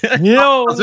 No